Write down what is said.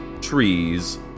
trees